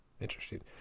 Interesting